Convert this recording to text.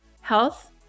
health